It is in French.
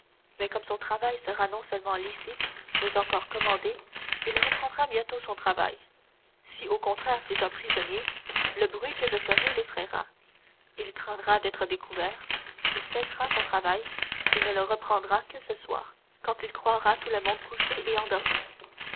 mais comme son travail sera non seulement licite mais encore commandé il reprendra bientôt son travail si au contraire c'est un prisonnier le bruit que je ferai l'effrayera il craindra d'être découvert il cessera son travail et ne le reprendra que ce soir quand il croira tout le monde couché et endormi